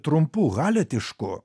trumpu haletišku